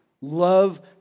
Love